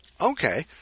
Okay